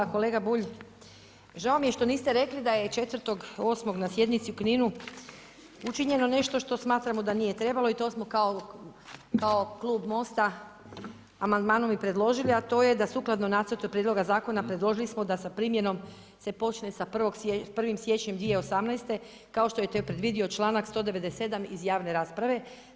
Kolega Bulj, žao mi je što niste rekli da je 4.8. na sjednici u Kninu, učinjeno nešto što smatramo da nije trebalo i to smo kao Klub Mosta amandmanom i predložili, a to je da sukladno nacrta prijedloga zakona, predložili smo da se primjenom se počne sa 1.1.2018. kao što je predvidio čl. 197 iz javne rasprave.